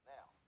Now